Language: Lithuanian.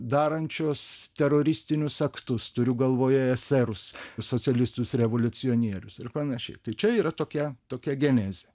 darančios teroristinius aktus turiu galvoje eserus socialistus revoliucionierius ir panašiai tai čia yra tokia tokia genezė